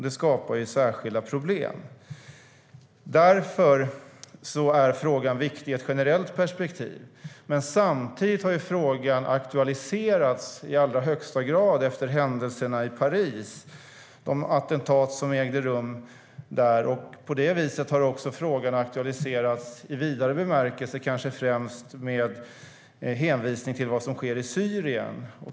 Det skapar särskilda problem. Därför är frågan viktig i ett generellt perspektiv. Samtidigt har frågan aktualiserats i allra högsta grad efter de attentat som ägde rum i Paris. På det viset har frågan aktualiserats också i vidare bemärkelse, kanske främst med hänsyn till vad som händer i Syrien.